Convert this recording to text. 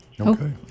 Okay